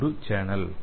இது ஒரு சேனல்